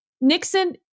Nixon